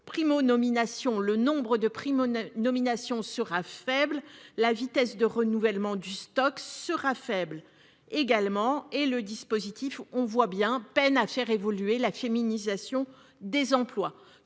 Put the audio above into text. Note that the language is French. le nombre de primo-nomination sera faible, la vitesse de renouvellement du stock sera faible. Également et le dispositif, on voit bien peinent à faire évoluer la féminisation des emplois